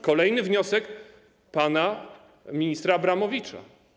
Kolejny wniosek pana ministra Abramowicza.